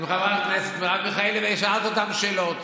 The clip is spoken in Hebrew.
הכנסת מרב מיכאלי ושאלת אותנו שאלות.